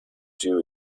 two